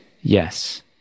Yes